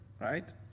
right